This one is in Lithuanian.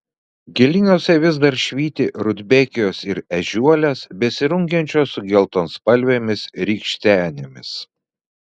gėlynuose vis dar švyti rudbekijos ir ežiuolės besirungiančios su geltonspalvėmis rykštenėmis